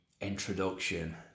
introduction